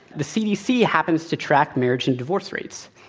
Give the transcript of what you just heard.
the cdc happens to track marriage and divorce rates.